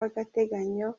w’agateganyo